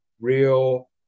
real